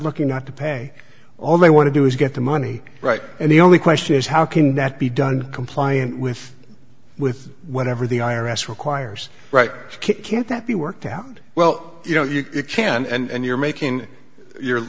looking not to pay all may want to do is get the money right and the only question is how can that be done complying with with whatever the i r s requires right can't that be worked out well you know you can and you're making you're